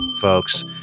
folks